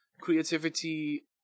creativity